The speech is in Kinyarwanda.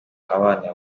abana